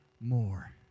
more